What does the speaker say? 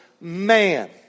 man